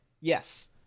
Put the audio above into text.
yes